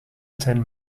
ten